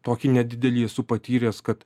tokį nedidelį esu patyręs kad